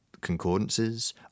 concordances